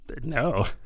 No